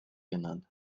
genannt